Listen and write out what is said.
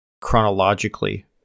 chronologically